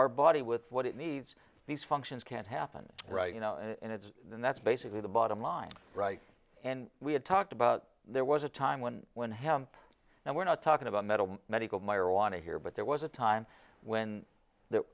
our body with what it needs these functions can't happen right you know and it's and that's basically the bottom line right and we have talked about there was a time when when hemp now we're not talking about metal medical marijuana here but there was a time when that